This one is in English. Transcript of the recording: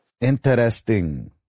Interesting